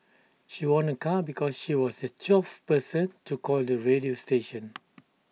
she won A car because she was the twelfth person to call the radio station